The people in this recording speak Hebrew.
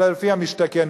אלא לפי המשתכן,